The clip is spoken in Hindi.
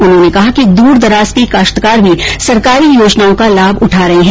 उन्होंने कहा कि दूरदराज के काश्तकार भी सरकारी योजनाओं का लाभ उठा रहे हैं